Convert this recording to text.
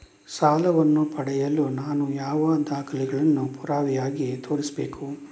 ಸಾಲವನ್ನು ಪಡೆಯಲು ನಾನು ಯಾವ ದಾಖಲೆಗಳನ್ನು ಪುರಾವೆಯಾಗಿ ತೋರಿಸಬೇಕು?